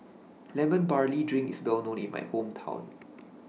Lemon Barley Drink IS Well known in My Hometown